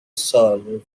soul